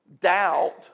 doubt